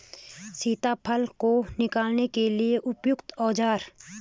सीताफल को निकालने के लिए उपयुक्त औज़ार?